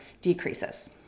decreases